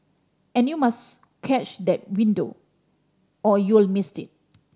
and you must catch that window or you'll miss it